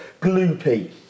gloopy